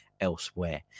elsewhere